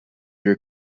her